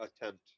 attempt